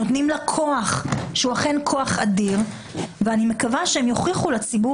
נותנים לה כוח שאכן הוא כוח אדם ואני מקווה שהיא תוכיח לציבור